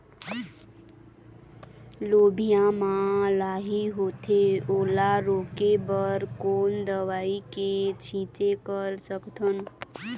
लोबिया मा लाही होथे ओला रोके बर कोन दवई के छीचें कर सकथन?